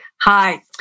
Hi